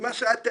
מה שאת תיארת,